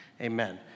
Amen